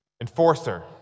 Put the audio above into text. enforcer